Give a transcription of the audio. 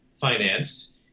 financed